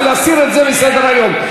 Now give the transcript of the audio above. להסיר את זה מסדר-היום.